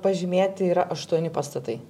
pažymėti yra aštuoni pastatai